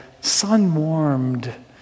sun-warmed